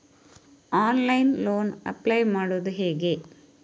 Online loan apply ಮಾಡುವುದು ಹೇಗೆ?